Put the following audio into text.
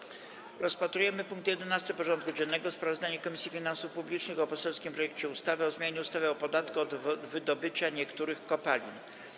Powracamy do rozpatrzenia punktu 11. porządku dziennego: Sprawozdanie Komisji Finansów Publicznych o poselskim projekcie ustawy o zmianie ustawy o podatku od wydobycia niektórych kopalin.